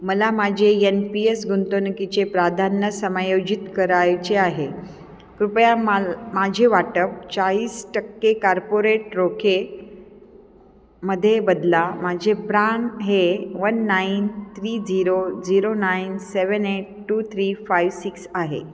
मला माझे N P S गुंतवणुकीचे प्राधान्य समायोजित करायचे आहे कृपया मला माझे वाटप चाळीस टक्के कार्पोरेट रोखेमध्ये बदला माझे प्रान हे one nine three zero zero nine seven eight two three five six आहे